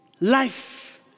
life